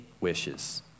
wishes